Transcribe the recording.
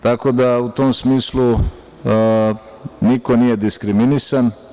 Tako da, u tom smislu, niko nije diskriminisan.